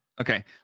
Okay